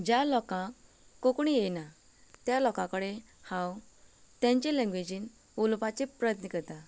ज्या लोकांक कोंकणी येना त्या लोकां कडेन हांव तेंचे लॅंग्वेजीन उलोवपाचो प्रयत्न करता